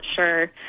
sure